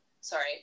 Sorry